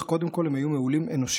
אך קודם כול הם היו מעולים אנושית.